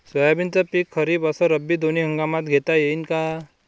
सोयाबीनचं पिक खरीप अस रब्बी दोनी हंगामात घेता येईन का?